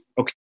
Okay